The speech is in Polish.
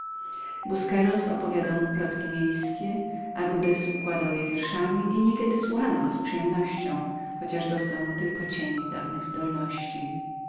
opowiadał mu plotki miejskie augudez układał je wierszami i niekiedy słuchano go z przyjemnością chociaż został mu tylko cień dawnych zdolności